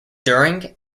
during